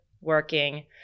working